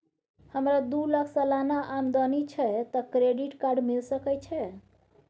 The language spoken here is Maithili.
हमरा दू लाख सालाना आमदनी छै त क्रेडिट कार्ड मिल सके छै?